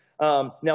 Now